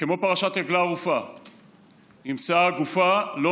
כמו פרשת עגלה ערופה: נמצאה הגופה,